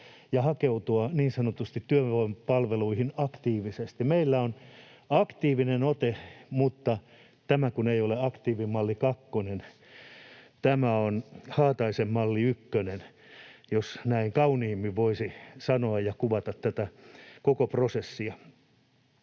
ja hakeutua niin sanotusti työvoimapalveluihin aktiivisesti. Meillä on aktiivinen ote, mutta tämä ei ole aktiivimalli kakkonen, tämä on Haataisen malli ykkönen, jos näin kauniimmin voisi sanoa ja kuvata tätä koko prosessia.